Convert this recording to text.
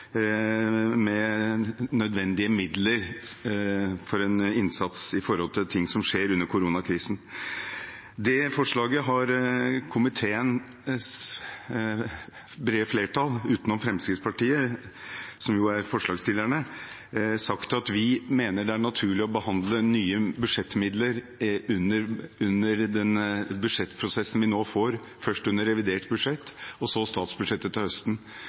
med nødvendige midler for en innsats i forbindelse med ting som skjer under koronakrisen. Når det gjelder det forslaget, har et bredt flertall i komiteen – unntatt Fremskrittspartiet, som er forslagsstillerne – sagt at vi mener det er naturlig å behandle nye budsjettmidler under budsjettprosessen vi nå får, først under revidert budsjett og så under statsbudsjettet til høsten.